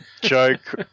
joke